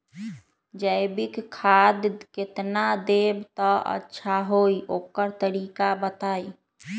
जैविक खाद केतना देब त अच्छा होइ ओकर तरीका बताई?